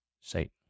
Satan